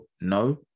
no